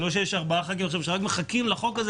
שרק מחכים לחוק הזה